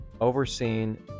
overseen